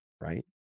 right